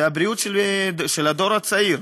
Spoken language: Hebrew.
זה הבריאות של הדור הצעיר.